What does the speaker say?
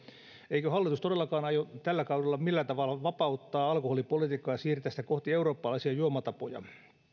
eikö hallitus todellakaan aio tällä kaudella millään tavalla vapauttaa alkoholipolitiikkaa ja siirtää sitä kohti eurooppalaisia juomatapoja